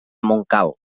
montcal